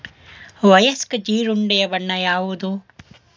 ವಯಸ್ಕ ಜೀರುಂಡೆಯ ಬಣ್ಣ ಯಾವುದು?